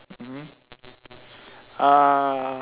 mmhmm ah